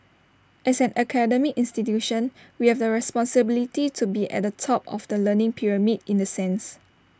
as an academic institution we have the responsibility to be at the top of the learning pyramid in the sense